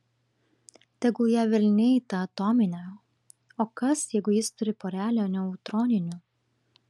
tegul ją velniai tą atominę o kas jeigu jis turi porelę neutroninių